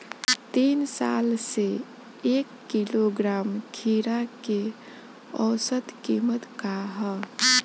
तीन साल से एक किलोग्राम खीरा के औसत किमत का ह?